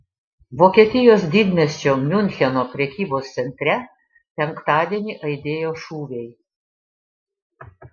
vokietijos didmiesčio miuncheno prekybos centre penktadienį aidėjo šūviai